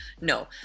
no